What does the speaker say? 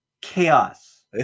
chaos